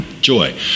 joy